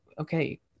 okay